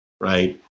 right